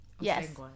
yes